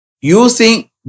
Using